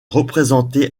représenté